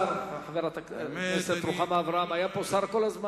חברת הכנסת רוחמה אברהם, היה פה שר כל הזמן.